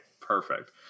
perfect